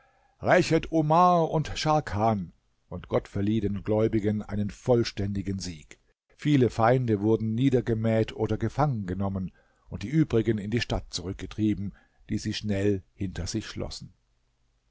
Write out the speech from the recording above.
rächet omar und scharkan und gott verlieh den gläubigen einen vollständigen sieg viele feinde wurden niedergemäht oder gefangen genommen und die übrigen in die stadt zurückgetrieben die sie schnell hinter sich schlossen